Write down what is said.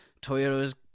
Toyota's